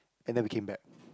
and then we came back